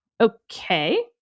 Okay